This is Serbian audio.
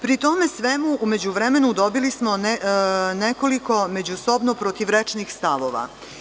Pri svemu tome, u međuvremenu dobili smo nekoliko međusobno protivrečnih stavova.